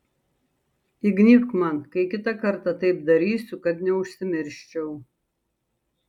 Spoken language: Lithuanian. įgnybk man kai kitą kartą taip darysiu kad neužsimirščiau